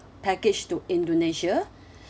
package to indonesia